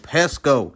Pesco